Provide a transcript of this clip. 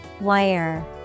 Wire